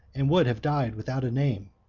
and would have died without a name.